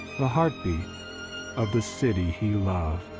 the heartbeat of the city he loved.